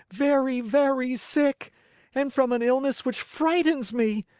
very, very sick and from an illness which frightens me!